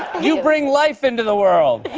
you bring life into the world.